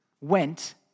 went